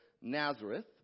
Nazareth